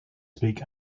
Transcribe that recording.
speak